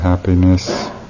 happiness